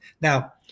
Now